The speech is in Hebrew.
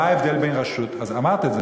מה ההבדל בין רשות, אז אמרת את זה.